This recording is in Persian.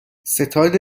ستاد